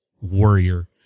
Warrior